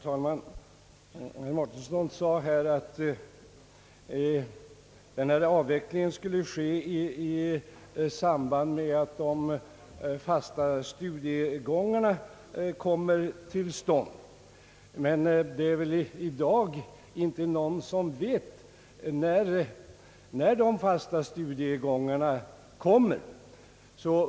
Herr talman! Herr Mårtensson anförde att avvecklingen av akademikerlinjen skulle ske i samband med att de fasta studiegångarna genomförs, men det är väl i dag inte någon som vet när dessa fasta studiegångar kommer.